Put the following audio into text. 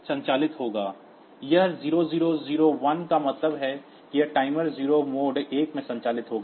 यह 0001 का मतलब है कि यह टाइमर 0 मोड 1 में संचालित होगा